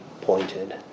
pointed